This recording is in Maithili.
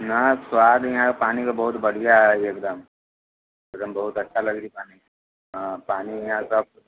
नहि स्वादमे इहाँके पानि तऽ बहुत बढ़िआँ हय एकदम एकदम बहुत अच्छा लगै हय पानि इहाँके